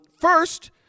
first